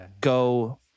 go